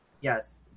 Yes